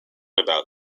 about